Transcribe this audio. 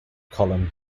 column